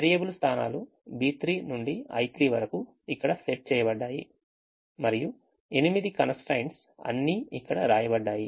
variable స్థానాలు B3 నుండి I3 వరకు ఇక్కడ సెట్ చేయబడ్డాయి మరియు ఎనిమిది constraints అన్నీ ఇక్కడ వ్రాయబడ్డాయి